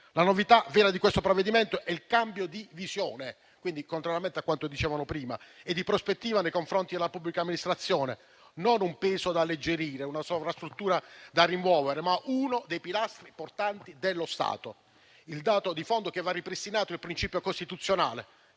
La novità piena di questa provvedimento è il cambio di visione, contrariamente a quanto si diceva prima, e di prospettiva nei confronti della pubblica amministrazione: non un peso da alleggerire, una sovrastruttura da rimuovere, ma uno dei pilastri portanti dello Stato. Il dato di fondo che va ripristinato è il principio costituzionale